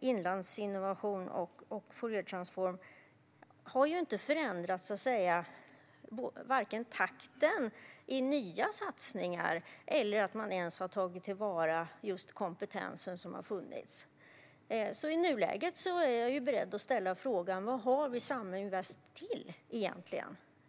Inlandsinnovation och Fouriertransform har varken förändrat takten i nya satsningar eller huruvida man har tagit till vara den kompetens som har vunnits. I nuläget är jag därför beredd att ställa frågan: Vad har vi egentligen Saminvest till?